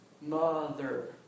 Mother